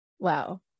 Wow